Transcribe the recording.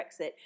Brexit